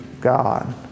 God